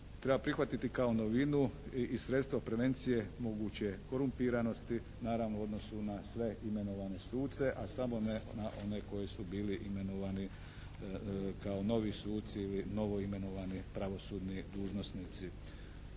treba prihvatiti kao novinu i sredstvo prevencije moguće korumpiranosti naravno u odnosu na sve imenovane suce, a samo ne na one koji su bili imenovani kao novi suci ili novoimenovani pravosudni dužnosnici.